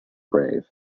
brave